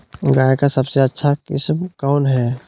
गाय का सबसे अच्छा किस्म कौन हैं?